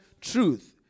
truth